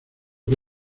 que